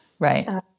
Right